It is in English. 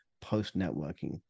post-networking